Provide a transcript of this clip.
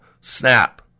Snap